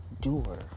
doer